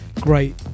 great